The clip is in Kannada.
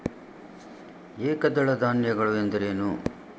ಏಕದಳ ಧಾನ್ಯಗಳು ಎಂದರೇನು?